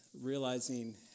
realizing